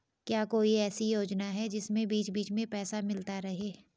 क्या कोई ऐसी योजना है जिसमें बीच बीच में पैसा मिलता रहे?